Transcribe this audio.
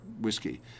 whiskey